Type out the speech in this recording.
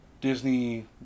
Disney